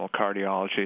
cardiology